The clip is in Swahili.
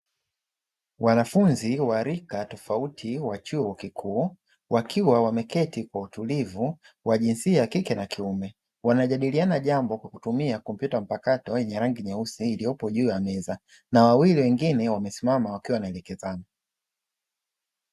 Wanafunzi wa rika tofauti wa chuo kikuu, wakiwa wameketi kwa utulivu wa jinsia ya kike na kiume, wanajadiliana jambo kwa kutumia kompyuta mpakato yenye rangi nyeusi iliyopo juu ya meza na wawili wengine wamesimama wakiwa wanaelekezana.